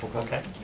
okay.